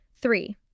Three